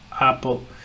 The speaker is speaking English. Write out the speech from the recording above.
apple